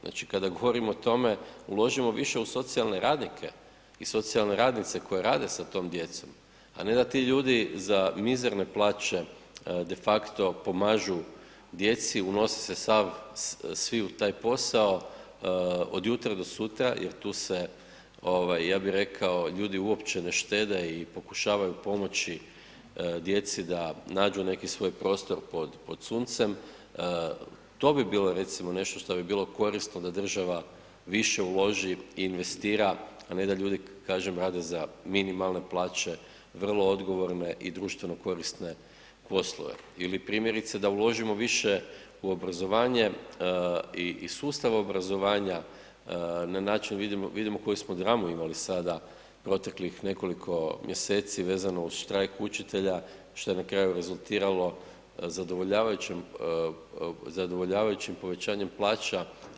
Znači kada govorimo o tome uložimo više u socijalne radnike i socijalne radnice koje rade sa tom djecom, a ne da ti ljudi za mizerne plaće de facto pomažu djeci, unose se svi u taj posao od jutra do sutra jer tu se ljudi uopće ne štede i pokušavaju pomoći djeci da nađu neki svoj prostor pod suncem, to bi bilo recimo nešto što bi bilo korisno da država više uloži i investira, a ne da ljudi rade za minimalne plaće vrlo odgovorne i društveno korisne poslove ili primjerice da uložimo više u obrazovanje i sustav obrazovanja na način, vidimo koju smo dramu imali sada u proteklih nekoliko mjeseci vezano uz štrajk učitelja šta je na kraju rezultiralo zadovoljavajućim povećanjem plaća.